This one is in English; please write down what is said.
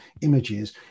images